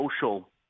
social